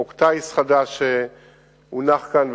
חוק טיס חדש שהונח כאן,